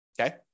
Okay